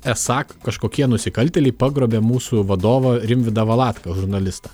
esą kažkokie nusikaltėliai pagrobė mūsų vadovą rimvydą valatką žurnalistą